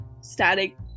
static